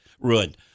Ruined